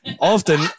Often